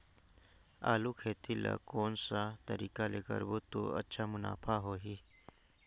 आलू खेती ला कोन सा तरीका ले करबो त अच्छा मुनाफा होही?